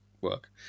work